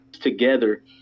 together